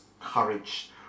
courage